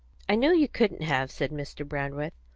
i knew you couldn't have, said mr. brandreth,